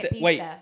wait